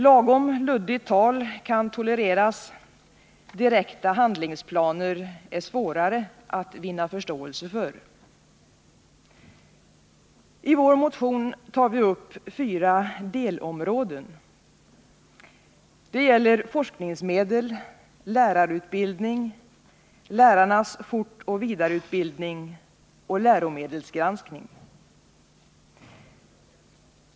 Lagom luddigt tal kan tolereras — direkta handlingsplaner är svårare att vinna förståelse för. I vår motion tar vi upp fyra delområden. Det gäller forskningsmedel, lärarutbildning, lärarnas fortoch vidareutbildning samt läromedelsgranskning.